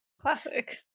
Classic